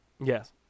Yes